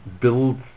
build